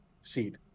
seed